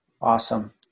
Awesome